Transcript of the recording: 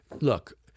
look